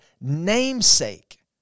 Namesake